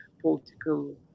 political